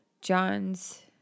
John's